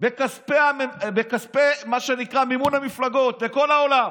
בכספי מה שנקרא מימון המפלגות בכל העולם,